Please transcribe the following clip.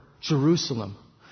Jerusalem